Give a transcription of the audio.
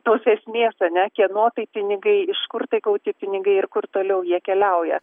tos esmės ne kieno tai pinigai iš kur tai gauti pinigai ir kur toliau jie keliauja